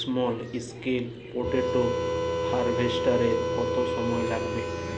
Small scale potato হারভেস্টারের কত সময় লাগবে?